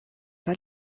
pas